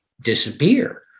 disappear